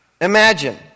imagine